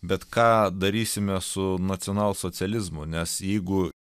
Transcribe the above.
bet ką darysime su nacionalsocializmu nes jeigu